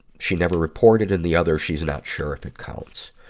she never reported and the other she's not sure if it counts.